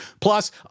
Plus